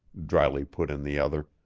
dryly put in the other.